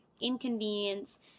inconvenience